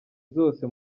zose